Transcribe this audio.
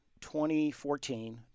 2014